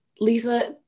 Lisa